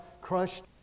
crushed